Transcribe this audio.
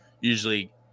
Usually